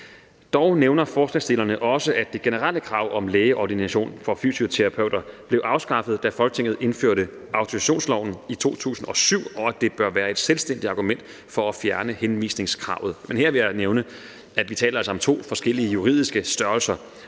Dog nævner forslagsstillerne også, at det generelle krav om lægeordination for fysioterapeuter blev afskaffet, da Folketinget indførte autorisationsloven i 2007, og at det bør være et selvstændigt argument for at fjerne henvisningskravet. Men her vil jeg altså nævne, at vi taler om to forskellige juridiske størrelser.